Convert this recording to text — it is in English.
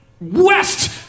west